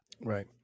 Right